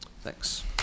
thanks